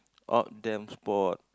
odd them spot